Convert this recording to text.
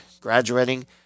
graduating